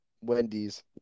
Wendy's